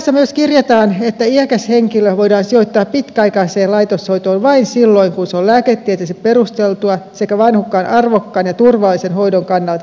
laissa myös kirjataan että iäkäs henkilö voidaan sijoittaa pitkäaikaiseen laitoshoitoon vain silloin kun se on lääketieteellisesti perusteltua sekä vanhuksen arvokkaan ja turvallisen hoidon kannalta välttämätöntä